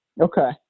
Okay